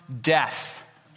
death